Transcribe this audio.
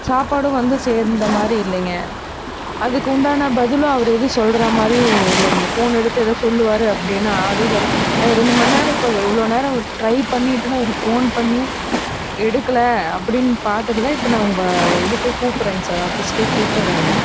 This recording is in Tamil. சாப்பாடும் வந்து சேர்ந்த மாதிரி இல்லைங்க அதுக்கு உண்டான பதிலும் அவர் எதுவும் சொல்கிறா மாதிரியும் இல்லைங்க ஃபோன் எடுத்து ஏதாவது சொல்லுவார் அப்படினா அதுவும் சொல்லலை நாங்கள் ரெண்டு மணி நேரம் இப்போ இவ்வளோ நேரம் டிரை பண்ணிவிட்டு தான் அவருக்கு ஃபோன் பண்ணி எடுக்கலை அப்படினு பார்த்துட்டு தான் இப்போ நான் உங்கள் இதுக்கே கூப்பிட்றேன் சார் ஆஃபீஸ்க்கே கூப்பிட்றேங்க